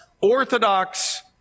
orthodox